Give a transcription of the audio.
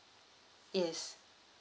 yes